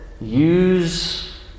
use